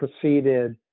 proceeded